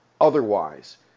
otherwise